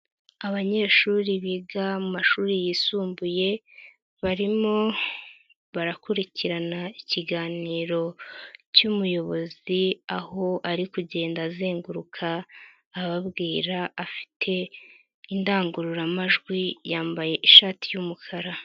Abanyeshuri biga mumashuri yisumbuye barimo barakurikirana ikiganiro cy'umuyobozi aho ari kugenda azenguruka ababwira afite indangururamajwi, yambaye ishati y'umukara.